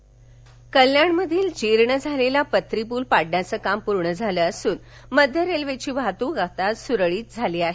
पत्रीपल कल्याणमधील जीर्ण झालेला पत्रीपूल पाडण्याचं काम पूर्ण झालं असून मध्य रेल्वेची वाहतुक आता सुरळित झाली आहे